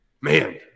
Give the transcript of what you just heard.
Man